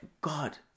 God